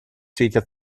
свете